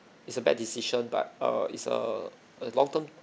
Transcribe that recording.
it's a bad decision but uh is a a long term